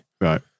Right